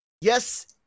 yes